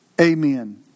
Amen